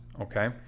okay